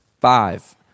five